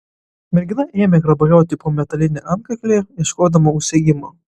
mergina ėmė grabalioti po metalinį antkaklį ieškodama užsegimo